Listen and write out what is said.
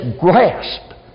grasp